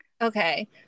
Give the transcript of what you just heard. Okay